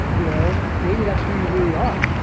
you know, maybe that's who you really are.